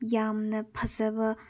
ꯌꯥꯝꯅ ꯐꯖꯕ